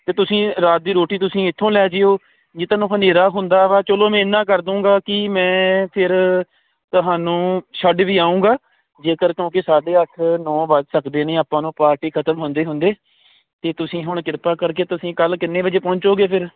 ਤੇ ਤੁਸੀਂ ਰਾਤ ਦੀ ਰੋਟੀ ਤੁਸੀਂ ਇਥੋਂ ਲੈ ਜਿਓ ਜੇ ਤੁਹਾਨੂੰ ਹਨੇਰਾ ਹੁੰਦਾ ਵਾ ਚਲੋ ਮੈਂ ਇਨਾ ਕਰ ਦੂਗਾ ਕਿ ਮੈਂ ਫਿਰ ਤੁਹਾਨੂੰ ਛੱਡ ਵੀ ਆਉਂਗਾ ਜੇਕਰ ਕਿਉਂਕਿ ਸਾਡੇ ਅੱਠ ਨੌ ਵੱਜ ਸਕਦੇ ਨੇ ਆਪਾਂ ਨੂੰ ਪਾਰਟੀ ਖਤਮ ਹੁੰਦੇ ਹੁੰਦੇ ਤੇ ਤੁਸੀਂ ਹੁਣ ਕਿਰਪਾ ਕਰਕੇ ਤੁਸੀਂ ਕੱਲ ਕਿੰਨੇ ਵਜੇ ਪਹੁੰਚੋਗੇ ਫਿਰ